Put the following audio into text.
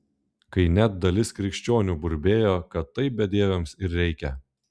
kai net dalis krikščionių burbėjo kad taip bedieviams ir reikia